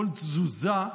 כל תזוזה,